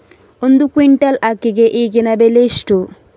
ಒಂದು ಕ್ವಿಂಟಾಲ್ ಅಕ್ಕಿಗೆ ಈಗಿನ ಬೆಲೆ ಎಷ್ಟು?